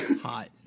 Hot